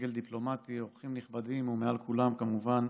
סגל דיפלומטי, אורחים נכבדים, ומעל כולם, כמובן,